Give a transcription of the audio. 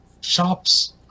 Shops